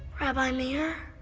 rabbi meir?